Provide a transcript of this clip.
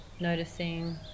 noticing